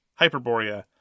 Hyperborea